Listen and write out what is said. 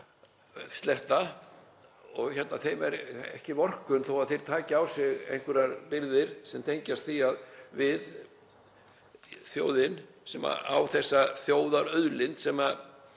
sletta, er ekki vorkunn þótt þeir taki á sig einhverjar byrðar sem tengjast því að við, þjóðin sem á þessa þjóðarauðlind sem